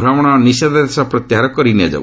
ଭ୍ରମଣ ନିଷେଧାଦେଶ ପ୍ରତ୍ୟାହାର କରି ନିଆଯାଉ